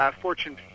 Fortune